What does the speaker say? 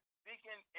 speaking